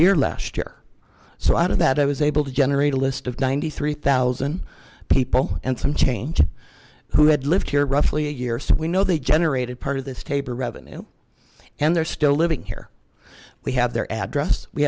year last year so out of that i was able to generate a list of ninety three thousand people and some change who had lived here roughly a year so we know they generated part of this tabor revenue and they're still living here we have their address we